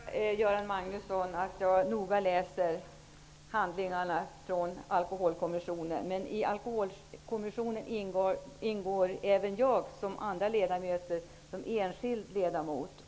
Fru talman! Jag kan försäkra Göran Magnusson att jag noga läser handlingarna från Alkoholkommissionen. I Alkoholkommissionen ingår jag, liksom de andra ledamöterna, som enskild ledamot.